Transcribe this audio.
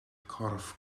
corff